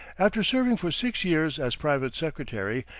after serving for six years as private secretary,